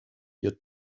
your